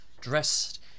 dressed